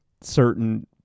certain